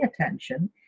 attention